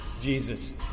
Jesus